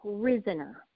prisoner